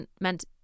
meant